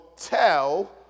tell